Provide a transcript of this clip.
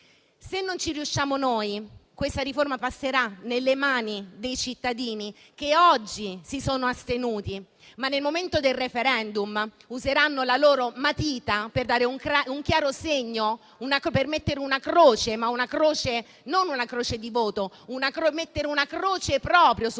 Se non ci riusciamo noi, questa riforma passerà nelle mani dei cittadini, che oggi si sono astenuti, ma nel momento del *referendum* useranno la loro matita per dare un chiaro segno e mettere non una croce come voto, ma proprio una croce su